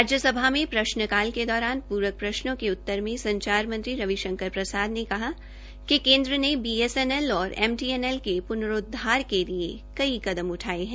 राज्यसभा में प्रश्नकाल के दौरान पूरक प्रश्नों के उत्तर में संचार मंत्री रवि शंकर प्रसाद ने कहा कि केन्द्र ने बीएसएनएल और एमटीएलएल के पुनरूद्वार के लिए कई कदम उठाए हैं